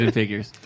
figures